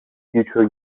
future